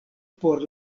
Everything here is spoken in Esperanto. por